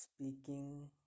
speaking